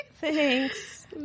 Thanks